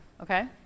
okay